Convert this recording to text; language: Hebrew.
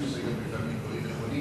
שבג"ץ עושה גם דברים נכונים.